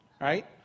right